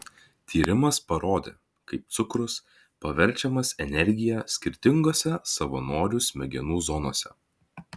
tyrimas parodė kaip cukrus paverčiamas energija skirtingose savanorių smegenų zonose